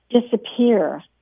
disappear